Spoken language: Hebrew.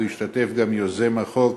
שהשתתף בו גם יוזם החוק,